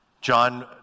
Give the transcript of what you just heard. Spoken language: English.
John